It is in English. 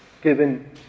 given